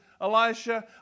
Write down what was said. Elisha